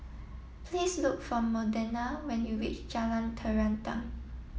please look for Modena when you reach Jalan Terentang